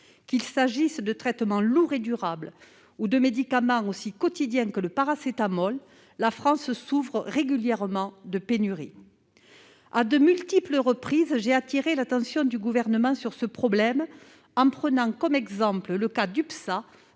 Qu'il s'agisse de traitements lourds et durables ou de médicaments aussi quotidiens que le paracétamol, la France souffre régulièrement de pénuries. À de multiples reprises, j'ai attiré l'attention du Gouvernement sur ce problème, en prenant comme exemple le cas d'UPSA,